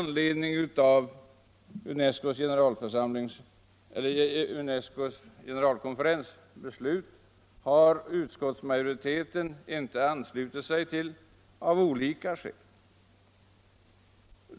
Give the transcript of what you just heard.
joriteten inte anslutit sig till, av olika skäl.